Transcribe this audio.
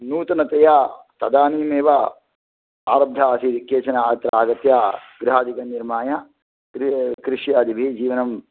नूतनतया तदानीमेव आरब्धः आसीत् केचन अत्र आगत्य गृहादिकं निर्माय कृ कृष्यादिभिः जीवनम्